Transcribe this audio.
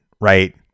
right